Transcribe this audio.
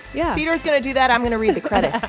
yeah peter's going to do that. i'm going to read the credits.